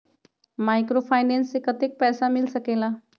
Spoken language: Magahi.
माइक्रोफाइनेंस से कतेक पैसा मिल सकले ला?